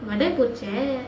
மடை போச்சே:madai pochae